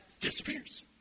disappears